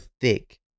thick